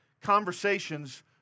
Conversations